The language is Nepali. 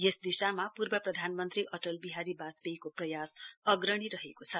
यस दिशामा पूर्व प्रधानमन्त्री अटल विहारी वाजपेयीको प्रयास अग्रणी रहोको छ